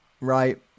right